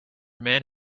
man